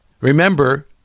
Remember